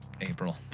April